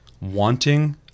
wanting